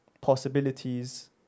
possibilities